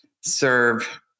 serve